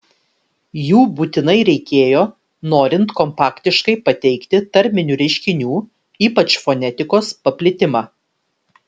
jų būtinai reikėjo norint kompaktiškai pateikti tarminių reiškinių ypač fonetikos paplitimą